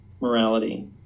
morality